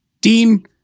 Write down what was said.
Dean